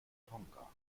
tonga